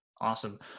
Awesome